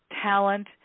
talent